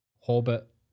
Hobbit